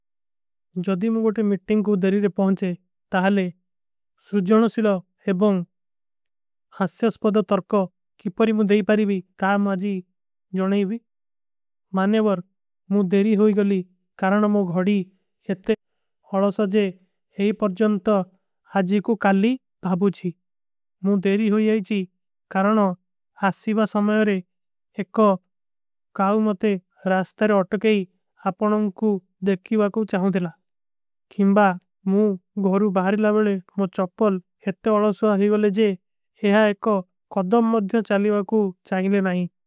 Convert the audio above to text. ଜଦୀ ମୁଝେ ଵୋଟେ ମିଟିଂଗ କୋ ଦେରୀ ରେ ପହୁଁଚେ ତାଲେ ସୁଜଣ ସିଲା ଏବଂଗ। ହାସ୍ଯସ୍ପଦା ତରକା କିପରୀ ମୁଝେ ଦେଈ ପାରୀବୀ ତାମ ଆଜୀ ଜନାଈବୀ। ମାନେ ବର ମୁଝେ ଦେରୀ ହୋଈ ଗଳୀ କାରଣ ମୁଝେ ଘଡୀ। ଇତନେ ଅଲଶ ଜେ ଏପର ଜନତା ଆଜୀ କୋ କାଲୀ ଭାବୂ ଛୀ। ମୁଝେ ଦେରୀ। ହୋଈ ଆଈଚୀ କାରଣ ଆସୀବା ସମଯରେ ଏକ କାଉ ମତେ ରାସ୍ତାରେ। ଅଟକେ ଆପନଂଗ କୋ ଦେଖିଵା କୋ ଚାହୂଁ ଦେଲା କିମବା ମୁଝେ ଗହରୂ। ବାହରୀ ଲାଵେଲେ ମୁଝେ ଚପଲ ଇତନେ ଅଲଶ ସୁଆଭୀ ଗଳେ ଜେ। ଏହା ଏକ କଦମ ମଦ୍ଯୋଂ ଚାଲୀବା କୋ ଚାହିଲେ ନାଈ।